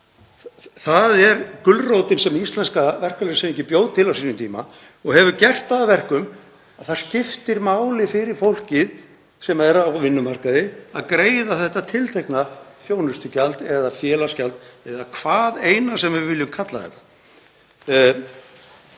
Það er gulrótin sem íslenska verkalýðshreyfingin bjó til á sínum tíma og hefur gert það að verkum að það skiptir máli fyrir fólkið sem er á vinnumarkaði að greiða þetta tiltekna þjónustugjald, eða félagsgjald eða hvaðeina sem við viljum kalla þetta.